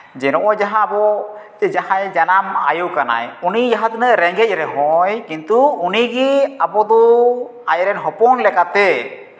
ᱡᱮ ᱱᱚᱜᱼᱚᱭ ᱡᱟᱦᱟᱸ ᱟᱵᱚ ᱥᱮ ᱡᱟᱦᱟᱸᱭ ᱡᱟᱱᱟᱢ ᱟᱹᱭᱩ ᱠᱟᱱᱟᱭ ᱩᱱᱤ ᱡᱟᱦᱟᱸ ᱛᱤᱱᱟᱹᱜ ᱨᱮᱸᱜᱮᱡᱽ ᱨᱮᱦᱚᱸᱭ ᱠᱤᱱᱛᱩ ᱩᱱᱤᱜᱮ ᱟᱵᱚᱫᱚ ᱟᱡᱨᱮᱱ ᱦᱚᱯᱚᱱ ᱞᱮᱠᱟᱛᱮ